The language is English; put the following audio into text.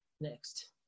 Next